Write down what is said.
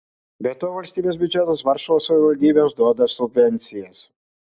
be to valstybės biudžetas varšuvos savivaldybėms duoda subvencijas